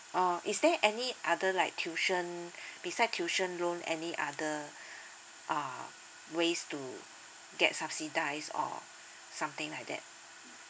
oh is there any other like tuition beside tuition loan any other uh ways to get subsidised or something like that